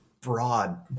broad